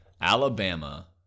Alabama